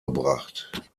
gebracht